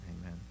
Amen